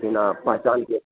बिना पहचानके